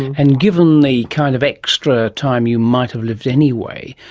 and given the kind of extra time you might have lived anyway,